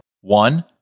one